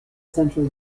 central